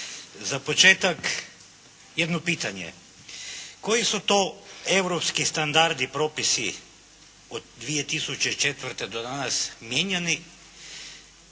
Za početak jedno pitanje. Koji su to europski standardi, propisi od 2004. do danas mijenjani